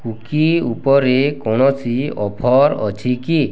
cookie ଉପରେ କୌଣସି offer ଅଛି କି